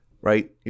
right